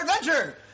Adventure